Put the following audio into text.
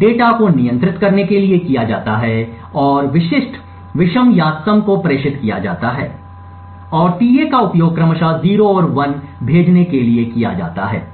data को नियंत्रित करने के लिए किया जाता है और विशिष्ट विषम या सम को प्रेषित किया जाता है और tA का उपयोग क्रमशः 0 और 1s भेजने के लिए किया जाता है